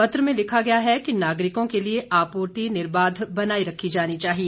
पत्र में लिखा गया है कि नागरिकों के लिए आपूर्ति निर्बाध बनाई रखी जानी चाहिए